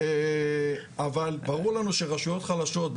אבל ברור לנו שרשויות חלשות,